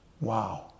Wow